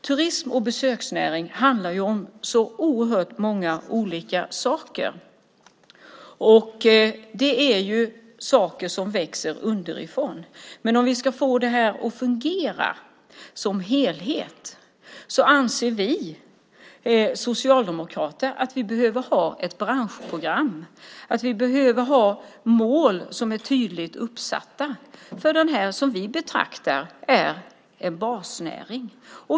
Turism och besöksnäring handlar ju om så oerhört många olika saker som växer underifrån, men om vi ska få det här att fungera som helhet anser vi socialdemokrater att vi behöver ha ett branschprogram och mål som är tydligt uppsatta för den här basnäringen, som vi betraktar den som.